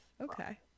okay